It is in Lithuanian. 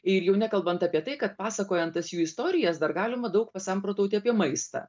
ir jau nekalbant apie tai kad pasakojant tas jų istorijas dar galima daug pasamprotauti apie maistą